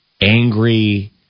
angry